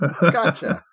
gotcha